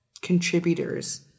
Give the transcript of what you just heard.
contributors